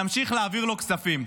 נמשיך להעביר לו כספים.